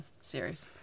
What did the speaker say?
series